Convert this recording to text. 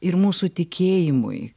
ir mūsų tikėjimui